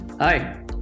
Hi